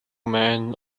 man